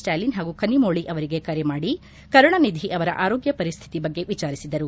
ಸ್ಟಾಳಿನ್ ಹಾಗೂ ಕನ್ನಿಮೋಳಿ ಅವರಿಗೆ ಕರೆ ಮಾಡಿ ಕರುಣಾನಿಧಿ ಅವರ ಆರೋಗ್ಯ ಪರಿಸ್ಥಿತಿ ಬಗ್ಗೆ ವಿಚಾರಿಸಿದರು